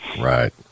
Right